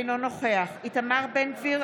אינו נוכח איתמר בן גביר,